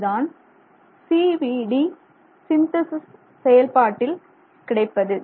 இதுதான் CVD synthesis செயல்பாட்டில் கிடைப்பது